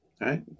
right